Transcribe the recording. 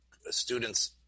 students